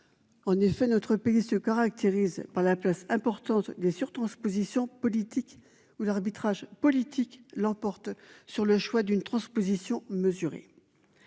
En effet, notre pays se caractérise par la place importante des surtranspositions politique ou l'arbitrage politique l'emporte sur le choix d'une transposition mesurer.